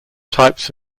types